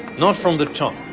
not from the top,